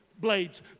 blades